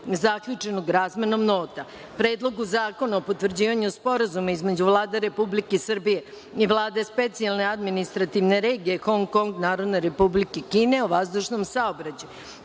zaključenog razmenom nota; Predlogu zakona o potvrđivanju Sporazuma između Vlade Republike Srbije i Vlade Specijalne administrativne regije Hong Kong Narodne Republike Kine o vazdušnom saobraćaju;